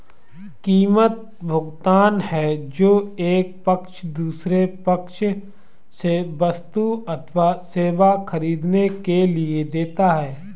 कीमत, भुगतान है जो एक पक्ष दूसरे पक्ष से वस्तु अथवा सेवा ख़रीदने के लिए देता है